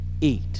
eat